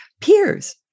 peers